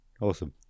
Awesome